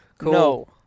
No